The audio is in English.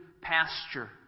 pasture